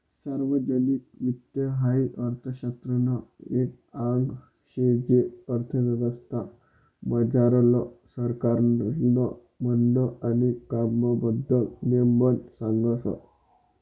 सार्वजनिक वित्त हाई अर्थशास्त्रनं एक आंग शे जे अर्थव्यवस्था मझारलं सरकारनं म्हननं आणि कामबद्दल नेमबन सांगस